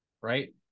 right